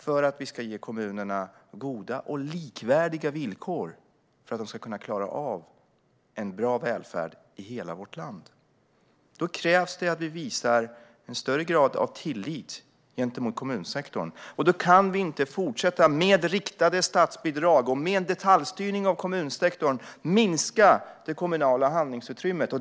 För att kommunerna ska ha goda och likvärdiga villkor, så att de kan klara av en bra välfärd i hela vårt land, krävs det att vi visar en högre grad av tillit gentemot kommunsektorn. Då kan vi inte fortsätta med riktade statsbidrag och med en detaljstyrning av kommunsektorn minska det kommunala handlingsutrymmet.